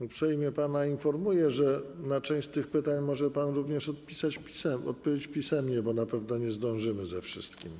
Uprzejmie pana informuję, że na część tych pytań może pan również odpowiedzieć pisemnie, bo na pewno nie zdążymy ze wszystkim.